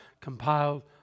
compiled